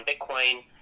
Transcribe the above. Bitcoin